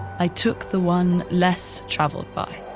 i took the one less traveled by,